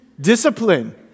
Discipline